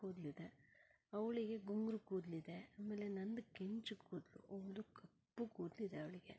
ಕೂದಲಿದೆ ಅವಳಿಗೆ ಗುಂಗುರು ಕೂದಲಿದೆ ಆಮೇಲೆ ನಂದು ಕೆಂಚು ಕೂದಲು ಅವ್ಳದ್ದು ಕಪ್ಪು ಕೂದಲಿದೆ ಅವಳಿಗೆ